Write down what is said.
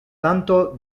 tanto